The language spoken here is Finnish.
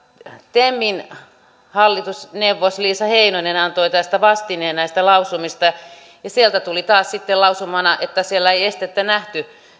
temin hallitusneuvos liisa heinonen antoi vastineen näistä lausumista ja sieltä tuli taas sitten lausumana että siellä ei sellaista estettä nähty